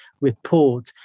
report